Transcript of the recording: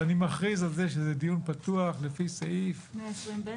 אז אני מכריז על זה שזה דיון פתוח לפי סעיף 120(ב)